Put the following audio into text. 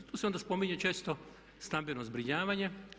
Tu se onda spominje često stambeno zbrinjavanje.